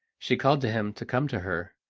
she called to him to come to her,